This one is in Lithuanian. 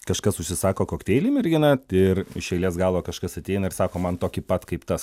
kažkas užsisako kokteilį mergina ir iš eilės galo kažkas ateina ir sako man tokį pat kaip tas